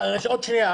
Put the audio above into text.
עוד שנייה.